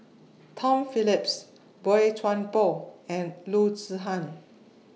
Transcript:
Tom Phillips Boey Chuan Poh and Loo Zihan